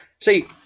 See